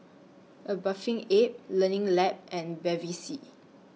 A Bathing Ape Learning Lab and Bevy C